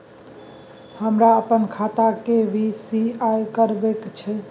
हमरा अपन खाता के के.वाई.सी करबैक छै